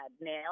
nail